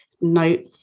note